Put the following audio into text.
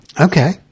Okay